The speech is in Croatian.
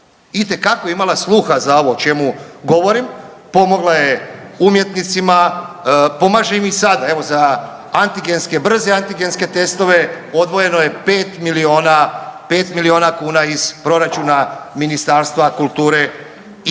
itekako je imala sluha za ovo o čemu govorim, pomogla je umjetnicima, pomaže im i sada, evo za antigenske, brze antigenske testove odvojeno je 5 milijuna, 5 milijuna kuna iz proračuna Ministarstva kulture i medija.